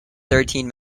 thirteen